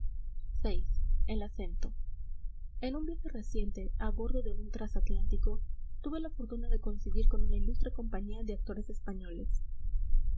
vi el acento en un viaje reciente a bordo de un transatlántico tuve la fortuna de coincidir con una ilustre compañía de actores españoles